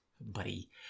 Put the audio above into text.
buddy